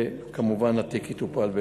וכמובן התיק יטופל בהתאם.